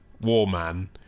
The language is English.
Warman